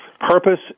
Purpose